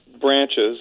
branches